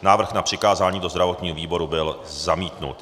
Návrh na přikázání do zdravotního výboru byl zamítnut.